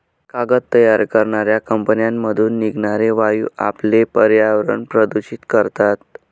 कागद तयार करणाऱ्या कंपन्यांमधून निघणारे वायू आपले पर्यावरण प्रदूषित करतात